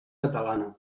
catalana